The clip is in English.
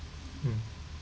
mm